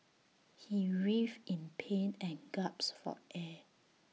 he writhed in pain and gasped for air